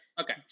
okay